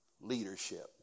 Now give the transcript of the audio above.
Leadership